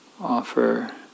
offer